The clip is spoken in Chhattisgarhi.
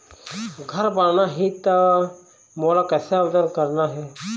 घर बनाना ही त मोला कैसे आवेदन करना हे?